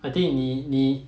I think 你你